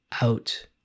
out